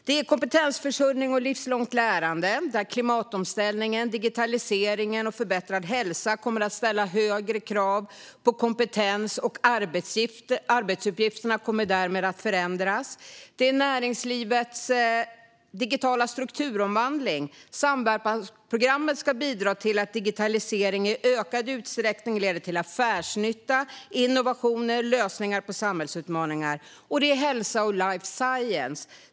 Det är kompetensförsörjning och livslångt lärande, där klimatomställningen, digitaliseringen och förbättrad hälsa kommer att ställa högre krav på kompetens. Därmed kommer arbetsuppgifterna att förändras. Det är näringslivets digitala strukturomvandling. Samverkansprogrammet ska bidra till att digitaliseringen i ökad utsträckning leder till affärsnytta, innovationer och lösningar på samhällsutmaningar. Det är hälsa och life science.